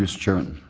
ah chairman.